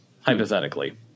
Hypothetically